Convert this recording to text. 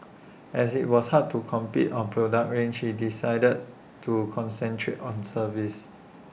as IT was hard to compete on product range he decided to concentrate on service